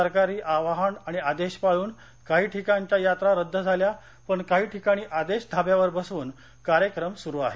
सरकारी आवाहन आणि आदेश पाळून काही ठिकाणच्या जत्रा रद्द झाल्या पण काही ठिकाणी आदेश धाब्यावर बसवून कार्यक्रम सुरु आहेत